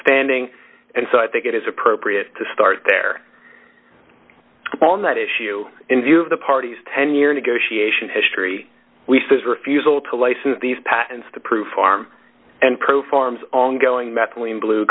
standing and so i think it is appropriate to start there on that issue in view of the parties tenure negotiation history as refusal to license these patents to prove farm and pro farms ongoing methylene blue